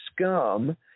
scum